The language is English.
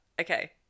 okay